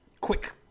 quick